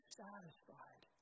satisfied